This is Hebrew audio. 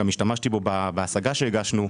גם השתמשתי בו בהשגה שהגשנו,